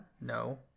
No